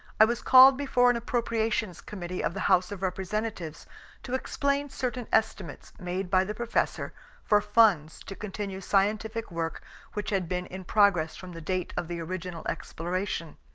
i was called before an appropriations committee of the house of representatives to explain certain estimates made by the professor for funds to continue scientific work which had been in progress from the date of the original exploration.